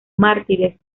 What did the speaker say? mártires